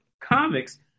comics